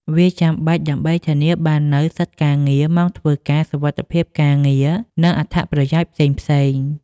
វាចាំបាច់ដើម្បីធានាបាននូវសិទ្ធិការងារ ម៉ោងធ្វើការ សុវត្ថិភាពការងារ និងអត្ថប្រយោជន៍ផ្សេងៗ។